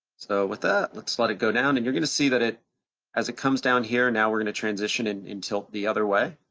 so with that, let's let it go down. and you're gonna see that as it comes down here, now we're gonna transition and and tilt the other way.